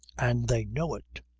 and they know it.